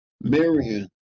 Marion